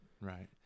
Right